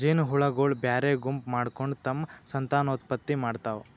ಜೇನಹುಳಗೊಳ್ ಬ್ಯಾರೆ ಗುಂಪ್ ಮಾಡ್ಕೊಂಡ್ ತಮ್ಮ್ ಸಂತಾನೋತ್ಪತ್ತಿ ಮಾಡ್ತಾವ್